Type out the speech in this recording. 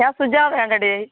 ഞാന് സുജാതയാണെടീ